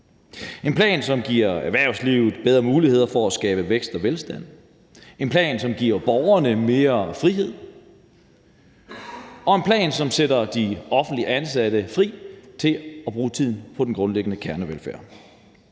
en plan, som giver erhvervslivet bedre muligheder for at skabe vækst og velstand; en plan, som giver borgerne mere frihed; og en plan, som sætter de offentligt ansatte fri til at bruge tiden på den grundlæggende kernevelfærd.